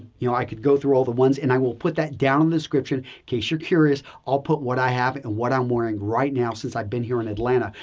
you know i could go through all the ones and i will put that down in the description. in case you're curious, i'll put what i have and what i'm wearing right now since i've been here in atlanta.